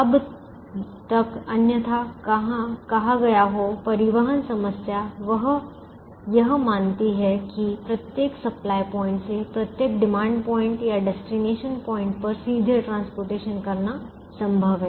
जब तक अन्यथा कहा गया हो परिवहन समस्या यह मानती है कि प्रत्येक सप्लाय पॉइंट से प्रत्येक डिमांड पॉइंट या डेस्टिनेशन पॉइंट पर सीधे परिवहन करना संभव है